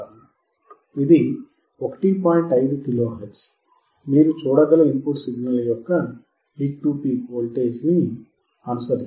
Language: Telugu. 5 కిలోహెర్ట్జ్ నుండి మీరు చూడగల ఇన్ పుట్ సిగ్నల్ యొక్క అదే పీక్ టు పీక్ వోల్టేజ్ ని అనుసరిస్తుంది